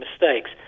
mistakes